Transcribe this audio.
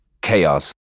chaos